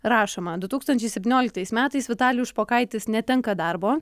rašoma du tūkstančiai septynioliktais metais vitalijus špokaitis netenka darbo